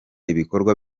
ibikorwa